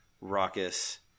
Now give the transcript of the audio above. raucous